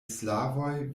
slavoj